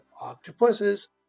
octopuses